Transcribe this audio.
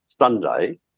Sunday –